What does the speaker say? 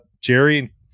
Jerry